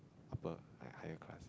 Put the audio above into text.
upper like higher class